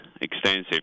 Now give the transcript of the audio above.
extensive